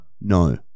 No